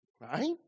Right